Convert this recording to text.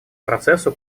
процессу